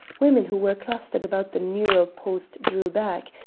women who were clustered about the newel-post drew back,